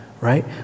right